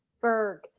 Berg